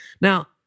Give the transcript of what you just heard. Now